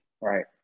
right